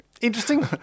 Interesting